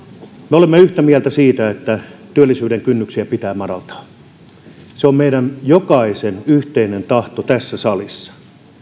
me olemme yhtä mieltä siitä että työllisyyden kynnyksiä pitää madaltaa se on meidän jokaisen yhteinen tahto tässä salissa